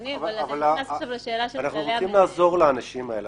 רוצים לעזור לאנשים האלה,